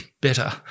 better